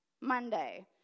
Monday